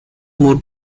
more